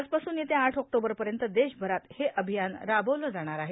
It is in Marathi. आजपासून येत्या आठ ऑक्टोबरपर्यंत देशभरात हे अभियान राबवलं जाणार आहे